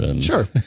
Sure